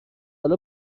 حالا